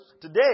Today